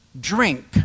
drink